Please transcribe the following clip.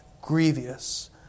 grievous